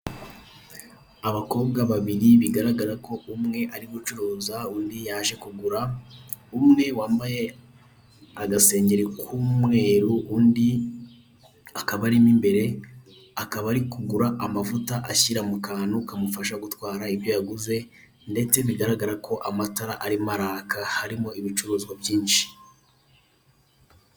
Abakobwa babiri bigaragara ko umwe ari gucuruza undi yaje kugura, umwe wambaye agasengeri k'umweru undi akaba ari mo imbere, akaba ari kugura amavuta ashyira mu kantu kamufasha gutwara ibyo yaguze, ndetse bigaragara ko amatara arimo araka harimo ibicuruzwa byinshi.